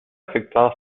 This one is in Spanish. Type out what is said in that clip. efectuado